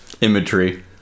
imagery